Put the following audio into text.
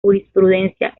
jurisprudencia